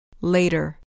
Later